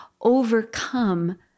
overcome